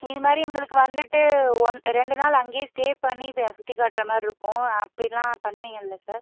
இதுமாதிரி எங்களுக்கு வந்துட்டு ஒன் ரெண்டு நாள் அங்கேயே ஸ்டே பண்ணி சுற்றி காட்டுகிற மாதிரி இருக்கும் அப்படில்லாம் பண்ணுவீங்கள்ல சார்